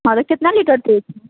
हँ तऽ केतना लिटरके